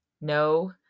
No